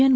N